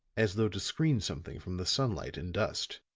as though to screen something from the sunlight and dust.